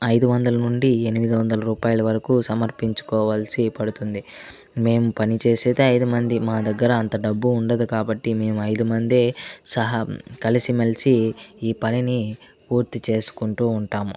ఐదు వందల నుండి ఎనిమిది వందల రూపాయలవరుకు సమర్పించుకోవలసి పడుతుంది మేము పనిచేసేది ఐదు మంది మా దగ్గర అంత డబ్బు ఉండదు కాబట్టి మేమయిదు మందే సహా కలిసి మెలిసి ఈ పనిని పూర్తి చేసుకుంటూ ఉంటాము